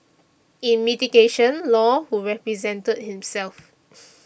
in mitigation Law who represented himself